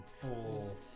full